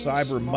Cyber